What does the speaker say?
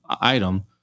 item